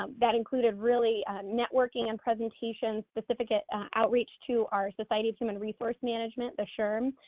um that included really networking and presentation specific at outreach to our society of human resource management, the shhrm,